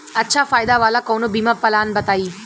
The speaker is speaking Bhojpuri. अच्छा फायदा वाला कवनो बीमा पलान बताईं?